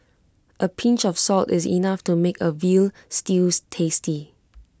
A pinch of salt is enough to make A Veal Stews tasty